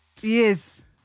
Yes